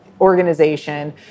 organization